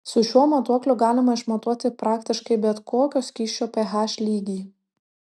su šiuo matuokliu galima išmatuoti praktiškai bet kokio skysčio ph lygį